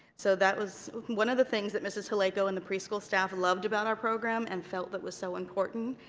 so that was one of the things that mrs. halayko and the preschool staff loved about our program and felt that was so important,